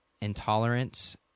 intolerance